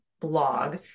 blog